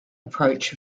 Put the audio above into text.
approach